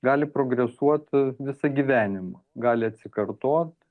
gali progresuot visą gyvenimą gali atsikartot